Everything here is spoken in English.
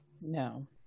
No